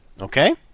Okay